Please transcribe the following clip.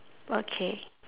okay